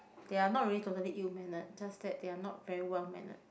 they are not really totally ill mannered just that they are not very well mannered